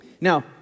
now